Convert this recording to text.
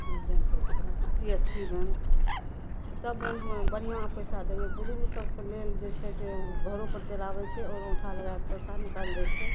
bank कहय छै ओकरा सी एस पी बैंक सब बैंकमे बढ़िआँ पैसा दइए बुजुर्ग सबके लेल जे छै से उ घरोपर चलाबय छै आओर औण्ठा लगाकऽ पैसा निकालि दै छै